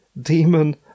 demon